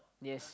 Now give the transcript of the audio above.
yes